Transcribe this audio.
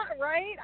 right